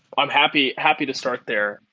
i'm happy happy to start there.